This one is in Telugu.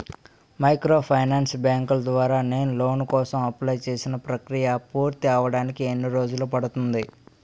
మైక్రోఫైనాన్స్ బ్యాంకుల ద్వారా నేను లోన్ కోసం అప్లయ్ చేసిన ప్రక్రియ పూర్తవడానికి ఎన్ని రోజులు పడుతుంది?